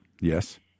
Yes